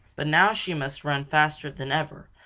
but now she must run faster than ever,